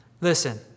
Listen